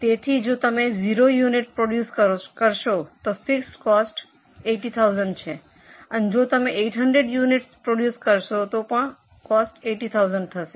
તેથી જો તમે 0 યુનિટ પ્રોડ્યૂસ કરશો તો ફિક્સ કોસ્ટ 80000 છે અને જો તમે 800 યુનિટસ પ્રોડ્યૂસ કરશો તો પણ કોસ્ટ 80000 થશે